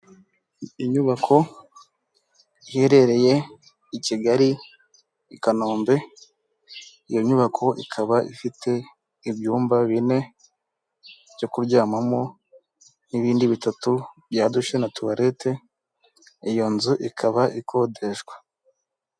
Inyubako iherereye i Kigali, i Kanombe, iyo nyubako ikaba ifite ibyumba bine byo kuryamamo, n'ibindi bitatu bya dushe na tuwarete, iyo nzu ikaba ikodeshwa.